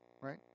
right